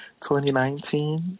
2019